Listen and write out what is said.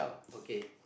okay